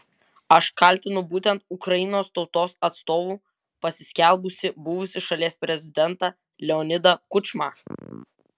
aš kaltinu būtent ukrainos tautos atstovu pasiskelbusį buvusį šalies prezidentą leonidą kučmą